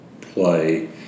play